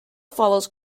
follows